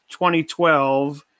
2012